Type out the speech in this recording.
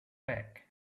back